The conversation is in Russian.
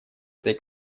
этой